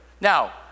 Now